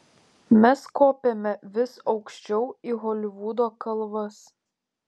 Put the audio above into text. mes kopėme vis aukščiau į holivudo kalvas